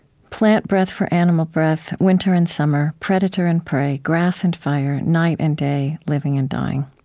plant breath for animal breath, winter and summer, predator and prey, grass and fire, night and day, living and dying.